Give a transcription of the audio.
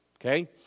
okay